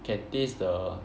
can taste the